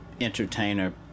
entertainer